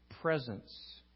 presence